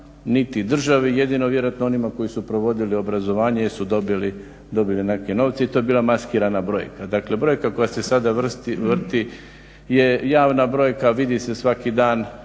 niti državi jedino vjerojatno onima koji su provodili obrazovanje jer su dobili neke novce i to je bila maskirana brojka. Dakle brojka koja se sada vrti je javna brojka. Vidi se svaki dan.